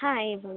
ह एवं